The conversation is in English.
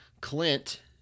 Clint